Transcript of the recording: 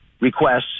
requests